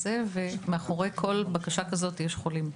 מאחורי כל בקשה כזאת יש חולים.